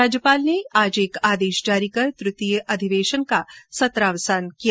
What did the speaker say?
राज्यपाल ने आज एक आदेश जारी कर तृतीय अधिवेशन का सत्रावसान कर दिया